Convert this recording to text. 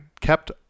kept